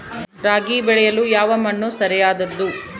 ರಾಗಿ ಬೆಳೆಯಲು ಯಾವ ಮಣ್ಣು ಸರಿಯಾದದ್ದು?